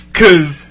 cause